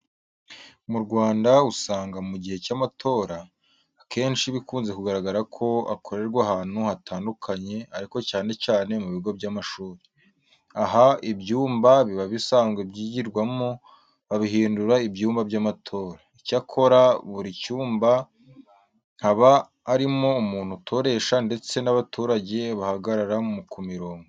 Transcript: Mu Rwanda usanga mu gihe cy'amatora, akenshi bikunze kugaragara ko akorerwa ahantu hatandukanye ariko cyane cyane ku bigo by'amasuri. Aha, ibyumba biba bisanzwe byigirwamo babihindura ibyumba by'amatora. Icyakora kuri buri cyumba haba hariho umuntu utoresha ndetse n'abaturage bagahagarara ku mirongo.